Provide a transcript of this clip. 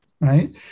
right